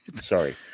Sorry